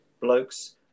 blokes